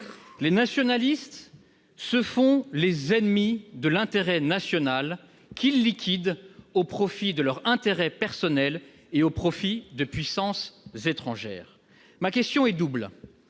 Les nationalistes se font les ennemis de l'intérêt national, qu'ils liquident au profit de leurs intérêts personnels et au profit de puissances étrangères. Ma question est double,